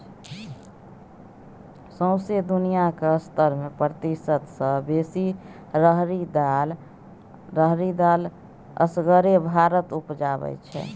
सौंसे दुनियाँक सत्तर प्रतिशत सँ बेसी राहरि दालि असगरे भारत उपजाबै छै